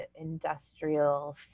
industrial